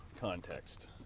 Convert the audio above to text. context